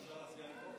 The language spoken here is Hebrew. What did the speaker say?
אפשר להצביע מפה?